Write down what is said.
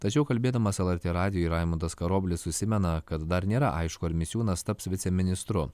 tačiau kalbėdamas lrt radijui raimundas karoblis užsimena kad dar nėra aišku ar misiūnas taps viceministru